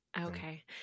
Okay